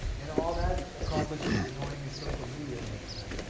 and all that accomplished was annoying his social media manager.